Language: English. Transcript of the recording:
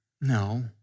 no